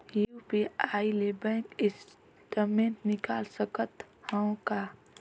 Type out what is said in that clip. UPI ले bank statement निकाल सकत हवं का?